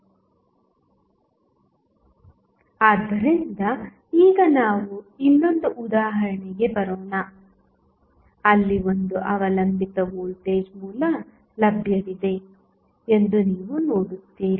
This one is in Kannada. ಬರೋಣ ಆದ್ದರಿಂದ ಈಗ ನಾವು ಇನ್ನೊಂದು ಉದಾಹರಣೆಗೆ ಬರೋಣ ಅಲ್ಲಿ ಒಂದು ಅವಲಂಬಿತ ವೋಲ್ಟೇಜ್ ಮೂಲ ಲಭ್ಯವಿದೆ ಎಂದು ನೀವು ನೋಡುತ್ತೀರಿ